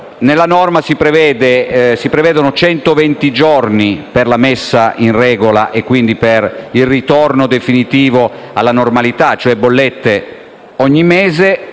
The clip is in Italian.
nella norma si prevedono centoventi giorni per la messa in regola, ovvero per il ritorno definitivo alla normalità: bollette ogni mese